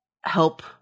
help